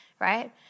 right